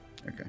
Okay